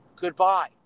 goodbye